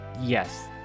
Yes